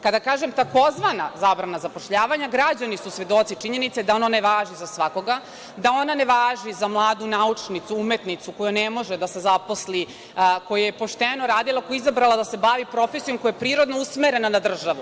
Kada kažem tzv. „zabrana“ zapošljavanja, građani su svedoci činjenice da ona ne važi za svakoga, da ona ne važi za mladu naučnicu, umetnicu, koja ne može da se zaposli, koja je pošteno radila, koja je izabrala da se bavi profesijom koja je prirodno usmerena na državu.